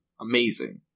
amazing